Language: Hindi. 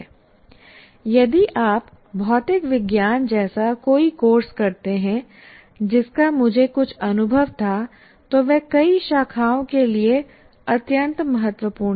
यदि आप भौतिक विज्ञान जैसा कोई कोर्स करते हैं जिसका मुझे कुछ अनुभव था तो वह कई शाखाओं के लिए अत्यंत महत्वपूर्ण है